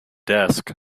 desk